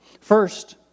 First